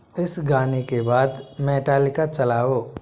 इस गाने के बाद मेटालिका चलाओ